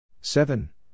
Seven